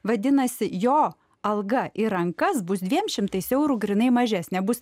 vadinasi jo alga į rankas bus dviem šimtais eurų grynai mažesnė bus